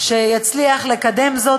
שיצליח לקדם זאת,